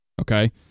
Okay